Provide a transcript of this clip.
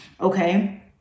Okay